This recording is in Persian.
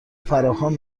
فراخوان